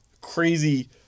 crazy